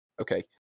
Okay